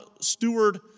steward